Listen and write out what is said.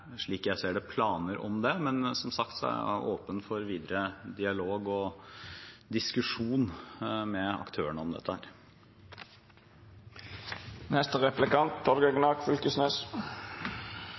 som sagt åpen for videre dialog og diskusjon med aktørene om dette.